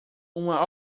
uma